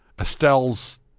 Estelle's